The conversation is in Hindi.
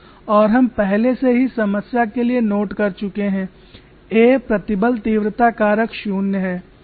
और हम पहले से ही समस्या के लिए नोट कर चुके हैं प्रतिबल तीव्रता कारक शून्य है